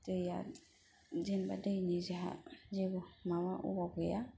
दैया जेनेबा दैनि जोंहा जेबो माबा अभाब गैया